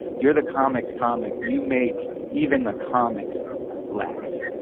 you're the comics comic, you make even the comics laugh.